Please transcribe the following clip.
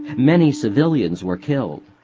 many civilians were killed.